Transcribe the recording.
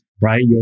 right